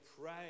pray